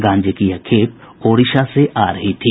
गांजे की यह खेप ओडिसा से आ रही थी